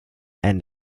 and